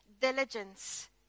diligence